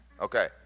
Okay